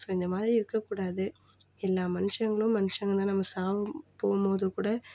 so இந்தமாதிரி இருக்க கூடாது எல்லா மனுஷங்களும் மனுஷங்க தான் நம்ம சாவும் போகும் போது கூட